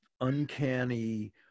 uncanny